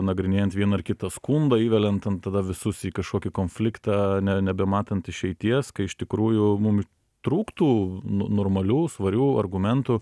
nagrinėjant vieną ar kitą skundą įveliant ten tada visus į kažkokį konfliktą ne nebematant išeities kai iš tikrųjų mum trūktų no normalių svarių argumentų